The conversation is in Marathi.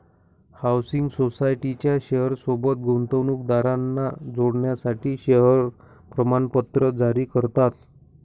हाउसिंग सोसायटीच्या शेयर सोबत गुंतवणूकदारांना जोडण्यासाठी शेअर प्रमाणपत्र जारी करतात